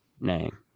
name